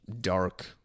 dark